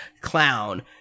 clown